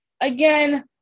Again